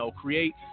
create